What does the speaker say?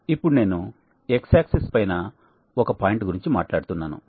ఇప్పుడు నేను X axis పైన ఒక పాయింట్ గురించి మాట్లాడుతున్నాను